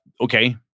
Okay